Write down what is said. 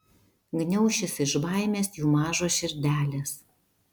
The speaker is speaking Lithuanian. gniaušis iš baimės jų mažos širdelės